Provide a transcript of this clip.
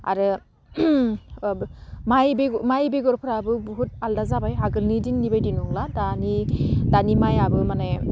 आरो माइ माइ बेगरफ्राबो बुहत आलदा जाबाय आगोलनि दिननि बायदि नंला दानि दानि माइआबो माने